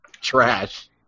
trash